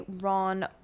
ron